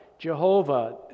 Jehovah